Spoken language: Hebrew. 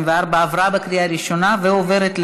24) (הוראות לעניין דחיית שירות מחמת חבלה או מחלה),